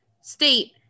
state